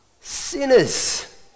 sinners